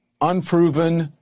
unproven